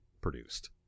produced